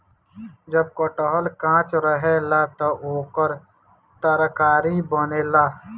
जब कटहल कांच रहेला त ओकर तरकारी बनेला